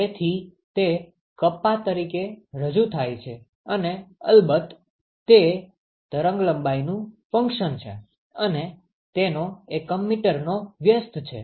તેથી તે કપ્પા તરીકે રજૂ થાય છે અને અલબત્ત તે તરંગલંબાઇનું ફંક્શન છે અને તેનો એકમ મીટરનો વ્યસ્ત છે